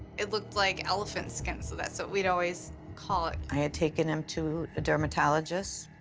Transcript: it looked like elephant skin, so that's what we'd always call it. i had taken him to a dermatologist,